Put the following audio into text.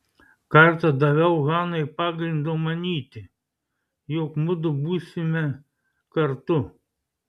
kartą daviau hanai pagrindo manyti jog mudu būsime kartu